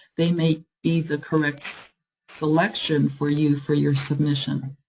they may be the correct selection for you, for your submission.